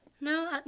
No